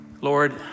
Lord